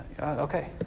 Okay